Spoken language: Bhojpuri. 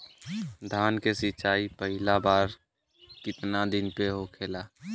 धान के सिचाई पहिला बार कितना दिन पे होखेला?